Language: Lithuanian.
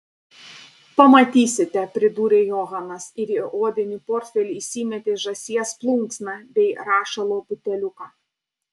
pamatysite pridūrė johanas ir į odinį portfelį įsimetė žąsies plunksną bei rašalo buteliuką